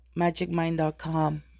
magicmind.com